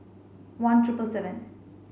one triple seven